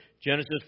Genesis